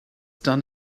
done